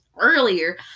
earlier